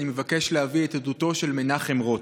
אני מבקש להביא את עדותו של מנחם רוט: